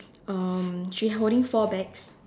uh she holding four bags